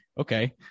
okay